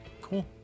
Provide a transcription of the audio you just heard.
Cool